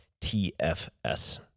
TFS